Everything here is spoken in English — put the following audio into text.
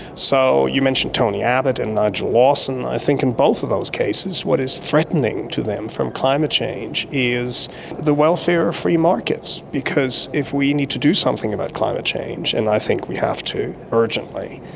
so you mentioned tony abbott and nigel lawson, and i think in both of those cases what is threatening to them from climate change is the welfare of free markets, because if we need to do something about climate change, and i think we have to urgently,